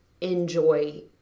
enjoy